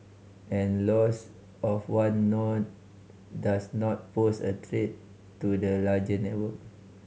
and loss of one node does not pose a threat to the larger network